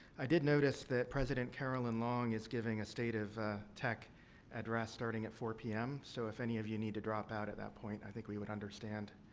i did notice that president carolyn long is giving a state of tech address starting at four zero pm. so, if any of you need to drop out at that point, i think we would understand.